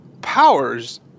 powers